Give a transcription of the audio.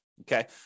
Okay